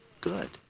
good